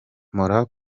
mpora